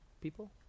People